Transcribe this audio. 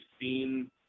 seen